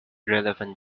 relevant